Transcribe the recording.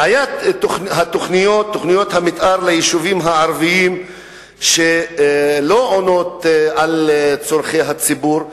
בעיית תוכניות המיתאר ליישובים הערביים שלא עונות על צורכי הציבור,